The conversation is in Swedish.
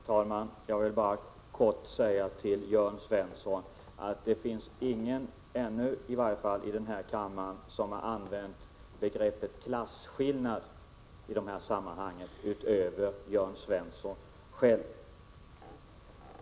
Herr talman! Jag vill bara kort säga till Jörn Svensson att ingen i denna kammare har använt begreppet klasskillnad i dessa sammanhang förutom Jörn Svensson själv.